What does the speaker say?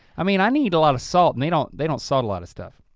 i mean i need a lot of salt and they don't they don't salt a lot of stuff.